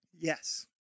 Yes